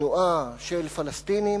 לתנועה של פלסטינים,